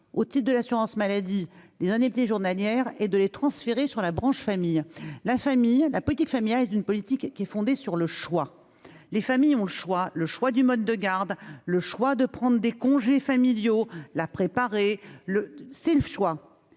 au titre de l'assurance maladie des années petit journalière et de les transférer sur la branche famille, la famille, la politique familiale est une politique qui est fondé sur le choix les familles ont le choix : le choix du mode de garde, le choix de prendre des congés familiaux la préparer le c'est le choix